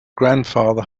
grandfather